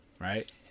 Right